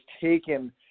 taken